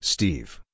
Steve